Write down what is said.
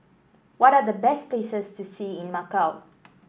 what are the best places to see in Macau